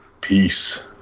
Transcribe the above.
Peace